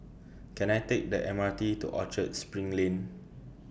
Can I Take The M R T to Orchard SPRING Lane